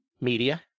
Media